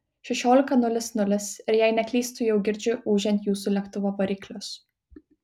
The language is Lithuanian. šešiolika nulis nulis ir jei neklystu jau girdžiu ūžiant jūsų lėktuvo variklius